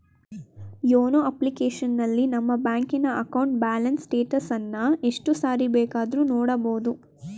YONO ಅಪ್ಲಿಕೇಶನಲ್ಲಿ ನಮ್ಮ ಬ್ಯಾಂಕಿನ ಅಕೌಂಟ್ನ ಬ್ಯಾಲೆನ್ಸ್ ಸ್ಟೇಟಸನ್ನ ಎಷ್ಟು ಸಾರಿ ಬೇಕಾದ್ರೂ ನೋಡಬೋದು